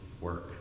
work